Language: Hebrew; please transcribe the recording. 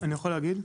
אני יכול להגיב?